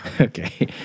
Okay